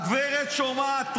הגברת שומעת,